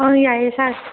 ꯍꯣꯏ ꯌꯥꯏꯌꯦ ꯁꯥꯔ